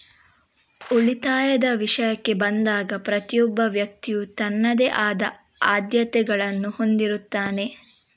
ಉಳಿತಾಯದ ವಿಷಯಕ್ಕೆ ಬಂದಾಗ ಪ್ರತಿಯೊಬ್ಬ ವ್ಯಕ್ತಿಯು ತನ್ನದೇ ಆದ ಆದ್ಯತೆಗಳನ್ನು ಹೊಂದಿರುತ್ತಾನೆ